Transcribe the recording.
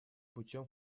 путем